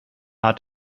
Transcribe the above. hat